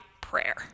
prayer